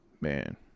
man